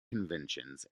conventions